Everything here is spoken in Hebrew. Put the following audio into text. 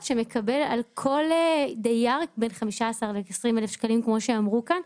שמקבל על כל דייר בין 15,000 ₪ ל-20,000 ₪ כמו שאמרו כאן.